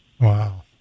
Wow